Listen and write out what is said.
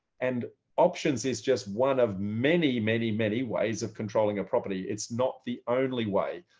and options is just one of many, many, many ways of controlling a property. it's not the only way.